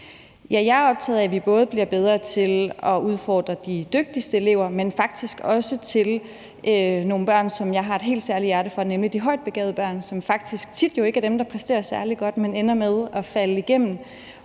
jeg er optaget af, at vi både bliver bedre til at udfordre de dygtigste elever, men faktisk også til at rumme en gruppe af børn, som har en helt særlig plads i mit hjerte, nemlig de højt begavede børn, som faktisk tit ikke er dem, der præsterer særlig godt, men ender med at falde igennem.